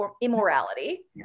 immorality